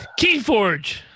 Keyforge